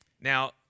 Now